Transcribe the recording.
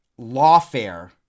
lawfare